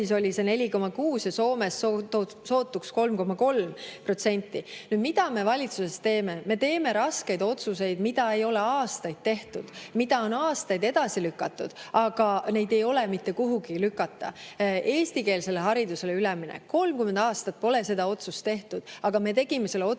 oli see 4,6% ja Soomes sootuks 3,3%.Nüüd, mida me valitsuses teeme? Me teeme raskeid otsuseid, mida ei ole aastaid tehtud, mida on aastaid edasi lükatud, aga neid ei ole mitte kuhugi lükata. Eestikeelsele haridusele üleminek – 30 aastat pole seda otsust tehtud, aga me tegime selle otsuse